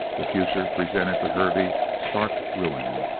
the future presented to hervey stark ruin.